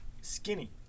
Skinny